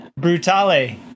Brutale